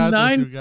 nine